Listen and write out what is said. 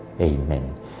Amen